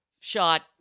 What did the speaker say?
shot